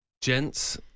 gents